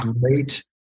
great